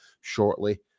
shortly